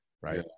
Right